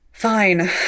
fine